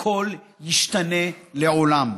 הכול ישתנה לעולם.